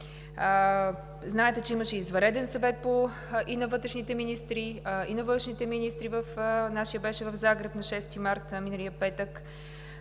Знаете, че имаше извънреден Съвет и на вътрешните министри, и на външните министри – нашият беше в Загреб на 6 март, миналия петък,